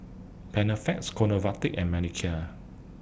Panaflex Convatec and Molicare